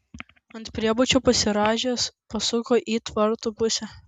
ant priebučio pasirąžęs pasuko į tvartų pusę